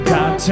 God